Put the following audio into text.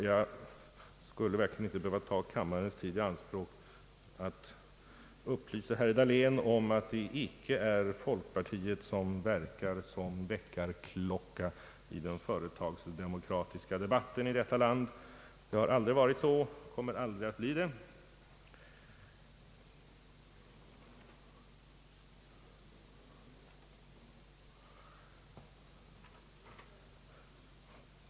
Jag borde verkligen inte behöva ta kammarens tid i anspråk för att upplysa herr Dahlén om att det icke är folkpartiet som verkar som väckarklocka i den företagsdemokratiska debatten i detta land. Det har aldrig varit så och kommer aldrig att bli så.